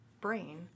brain